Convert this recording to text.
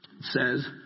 says